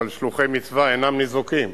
אבל שלוחי מצווה אינם ניזוקים,